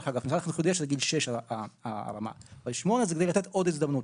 זה כדי לתת עוד הזדמנות.